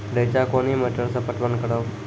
रेचा कोनी मोटर सऽ पटवन करव?